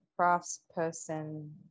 craftsperson